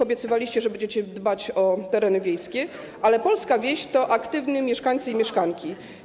Obiecywaliście, że będzie dbać o tereny wiejskie, ale polska wieś to aktywni mieszkańcy i mieszkanki.